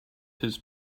his